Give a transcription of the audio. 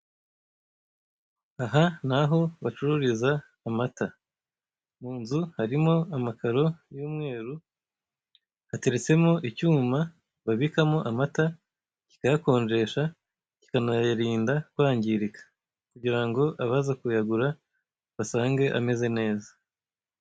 Aha ni aho bacururiza amata mu nzu harimo amakaro y'umweru, hateretsemo icyuma babikamo amata kikayakonjesha kikanayarinda kwangirika kugira ngo abaza kuyagura basange ameze neza.